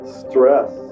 stress